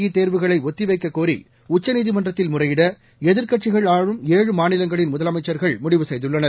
இ தேர்வுகளை ஒத்தி வைக்கக்கோரி உச்சநீதிமன்றத்தில் முறையிட எதிர்க்கட்சிகள் ஆளும் ஏழு மாநிலங்களின் முதலமைச்சர்கள் முடிவு செய்துள்ளனர்